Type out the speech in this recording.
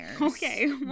Okay